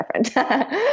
different